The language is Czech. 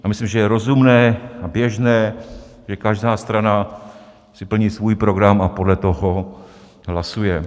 Já myslím, že je rozumné a běžné, že každá strana si plní svůj program a podle toho hlasuje.